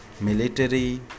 military